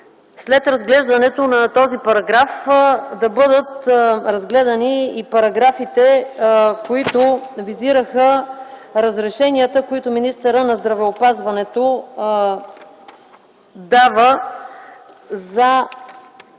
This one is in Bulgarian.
след разглеждането на този параграф, да бъдат разгледани и параграфите, които визират разрешенията, които министърът на здравеопазването дава за